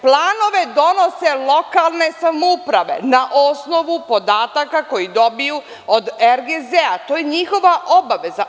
Planove donose lokalne samouprave na osnovu podataka koji dobiju od RGZ, to je njihova obaveza.